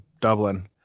Dublin